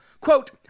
quote